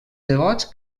devots